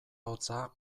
hotza